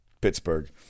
Pittsburgh